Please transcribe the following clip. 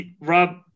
Rob